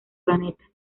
planeta